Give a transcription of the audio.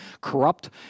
corrupt